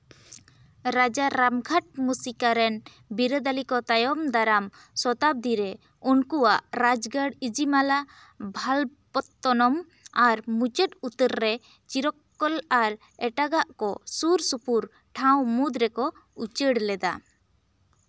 ᱨᱟᱡᱟ ᱨᱟᱢᱜᱷᱟᱴ ᱢᱩᱥᱤᱠᱟ ᱨᱮᱱ ᱵᱤᱨᱟᱹᱫᱟᱞᱤ ᱠᱚ ᱛᱟᱭᱚᱢ ᱫᱟᱨᱟᱢ ᱥᱚᱛᱟᱵᱽᱫᱤ ᱨᱮ ᱩᱱᱠᱩᱣᱟᱜ ᱨᱟᱡᱽᱜᱟᱲ ᱤᱡᱤᱢᱟᱞᱟ ᱵᱷᱟᱞᱵᱽᱯᱚᱛᱛᱚᱱᱚᱢ ᱟᱨ ᱢᱩᱪᱟᱹᱫ ᱩᱛᱟᱹᱨ ᱨᱮ ᱪᱤᱨᱚᱠᱠᱚᱞ ᱟᱨ ᱮᱴᱟᱜᱟᱜ ᱠᱚ ᱥᱩᱨᱼᱥᱩᱯᱩᱨ ᱴᱷᱟᱶ ᱢᱩᱫᱽ ᱨᱮᱠᱚ ᱩᱪᱟᱹᱲ ᱞᱮᱫᱟ